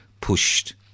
pushed